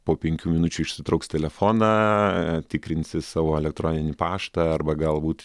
po penkių minučių išsitrauks telefoną tikrinsis savo elektroninį paštą arba galbūt